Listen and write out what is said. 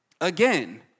again